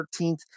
13th